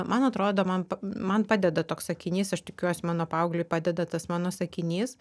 man atrodo man man padeda toks sakinys aš tikiuosi mano paaugliui padeda tas mano sakinys